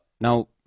Now